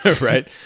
right